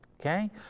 okay